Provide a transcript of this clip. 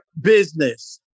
business